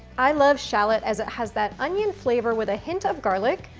i love shallot, as it has that onion flavor with a hint of garlic,